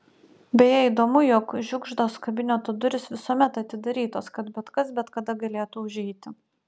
beje įdomu jog žiugždos kabineto durys visuomet atidarytos kad bet kas bet kada galėtų užeiti